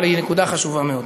אבל היא נקודה חשובה מאוד.